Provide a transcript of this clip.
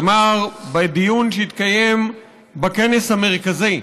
אמר בדיון שהתקיים בכנס המרכזי: